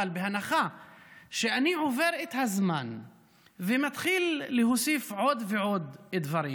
אבל בהנחה שאני עובר את הזמן ומתחיל להוסיף עוד ועוד דברים,